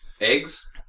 Eggs